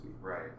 Right